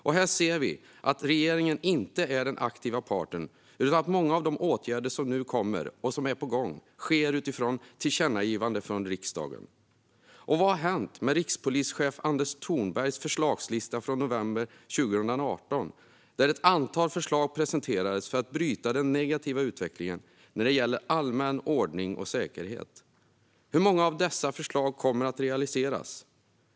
Och här ser vi att regeringen inte är den aktiva parten, utan att många av de åtgärder som nu kommer och är på gång sker utifrån tillkännagivanden från riksdagen. Vad har hänt med rikspolischef Anders Thornbergs förslagslista från november 2018? Där presenterades ett antal förslag för att bryta den negativa utvecklingen när det gäller allmän ordning och säkerhet. Hur många av dessa förslag kommer att realiseras?